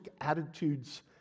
attitudes